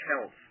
health